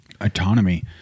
Autonomy